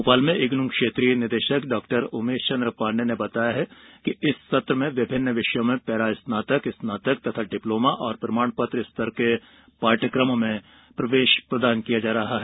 भोपाल में इग्नू के क्षेत्रीय निदेशक डा उमेश चन्द्र पाण्डेय ने बताया कि इस सत्र में विभिन्न विषयों में पैरास्नातक स्नातक तथा डिप्लोमा और प्रमाण पत्र स्तर के पाठयक्रमों में प्रवेश प्रदान किया जा रहा है